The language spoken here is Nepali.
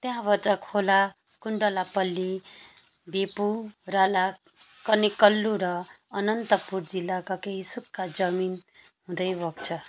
त्यहाँबाट खोला गुण्डलापल्ली भेपुराला कनेकल्लु र अनन्तपुर जिल्लाका केही सुक्खा जमिन हुँदै बग्छ